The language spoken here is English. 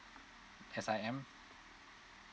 S_I_M